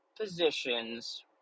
positions